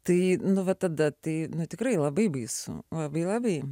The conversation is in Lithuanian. tai nu va tada tai tikrai labai baisu labai labai